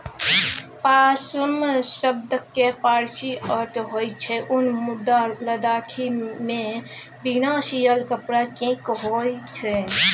पाश्म शब्दक पारसी अर्थ होइ छै उन मुदा लद्दाखीमे बिना सियल कपड़ा केँ कहय छै